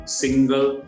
single